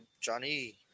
Johnny